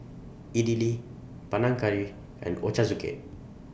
Idili Panang Curry and Ochazuke